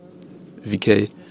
VK